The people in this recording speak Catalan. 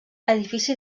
edifici